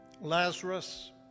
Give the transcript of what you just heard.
Lazarus